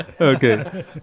Okay